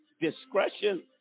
discretion